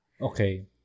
Okay